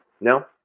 No